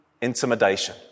intimidation